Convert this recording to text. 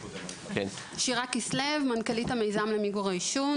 שירה כסלו מנכ"לית המיזם למיגור העישון.